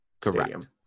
correct